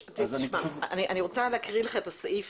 תשמע, אני רוצה להקריא לך את הסעיף